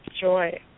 joy